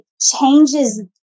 changes